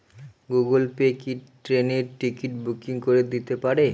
Google Pay কি ট্রেনের ticket booking করে দিতে পারে?